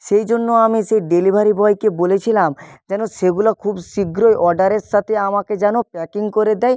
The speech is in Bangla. সেই জন্য আমি সেই ডেলিভারি বয়কে বলেছিলাম যেন সেগুলো খুব শীঘ্রই অর্ডারের সাথে আমাকে যেন প্যাকিং করে দেয়